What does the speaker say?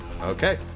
Okay